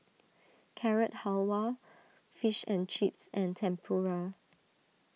Carrot Halwa Fish and Chips and Tempura